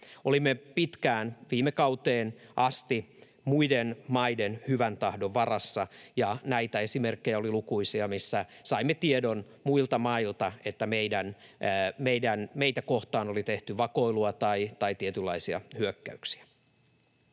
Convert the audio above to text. Olimme pitkään, viime kauteen asti, muiden maiden hyvän tahdon varassa, ja näitä esimerkkejä oli lukuisia, missä saimme tiedon muilta mailta, että meitä kohtaan oli tehty vakoilua tai tietynlaisia hyökkäyksiä.